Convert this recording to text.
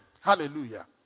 Hallelujah